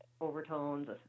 overtones